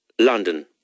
London